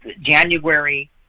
January